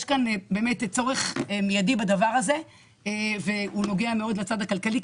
יש כאן באמת צורך מיידי בדבר הזה והוא נוגע מאוד לצד הכלכלי,